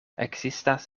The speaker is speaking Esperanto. ekzistas